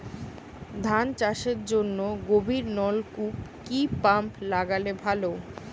ধান চাষের জন্য গভিরনলকুপ কি পাম্প লাগালে ভালো?